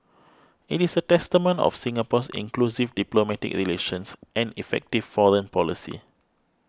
it is a testament of Singapore's inclusive diplomatic relations and effective foreign policy